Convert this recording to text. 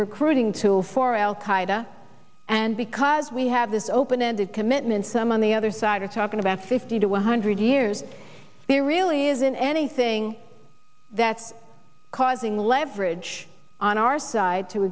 recruiting tool for al qaeda and because we have this open ended commitment some on the other side are talking about fifty to one hundred years there really isn't anything that's causing leverage on our side to